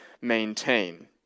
maintain